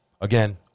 Again